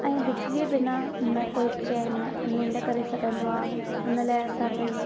ऐं बिजली बिना न कोई चैन न निंड करे सघंदो आहे उन लाइ असांखे